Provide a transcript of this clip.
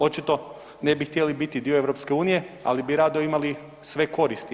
Očito ne bi htjeli biti dio EU, ali bi rado imali sve koristi EU.